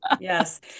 Yes